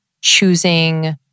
choosing